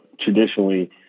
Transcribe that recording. Traditionally